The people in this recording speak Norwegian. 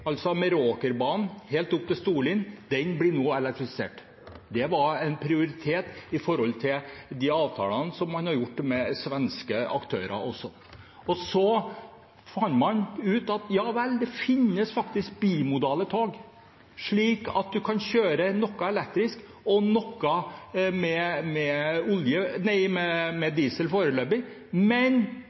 var en prioritet i de avtalene man har gjort med svenske aktører også. Så fant man ut at det faktisk finnes bimodale tog, slik at man kan kjøre noe elektrisk og noe med diesel foreløpig, men man kan skifte dem ut med